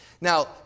now